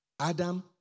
Adam